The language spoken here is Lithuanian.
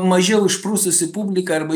mažiau išprususi publika arba